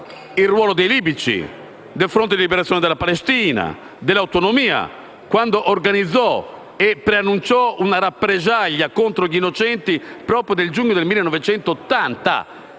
il ruolo dei libici, del Fronte di liberazione della Palestina e dell'autonomia, quando organizzò e preannunciò una rappresaglia contro gli innocenti, proprio nel giugno del 1980.